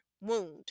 wound